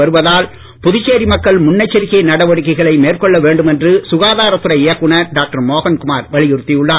வருவதால் புதுச்சேரி மக்கள் முன்னெச்சரிக்கை நடவடிக்கைகளை மேற்கொள்ள வேண்டும் என்று சுகாதாரத்துறை இயக்குனர் டாக்டர் மோகன்குமார் வலியுறுத்தியுள்ளார்